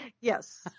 Yes